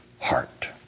heart